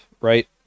right